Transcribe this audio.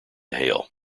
hale